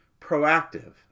proactive